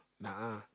nah